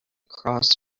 cross